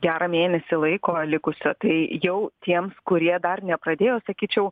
gerą mėnesį laiko likusio tai jau tiems kurie dar nepradėjo sakyčiau